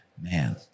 Man